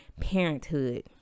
parenthood